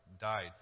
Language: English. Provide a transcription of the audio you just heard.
died